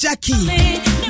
Jackie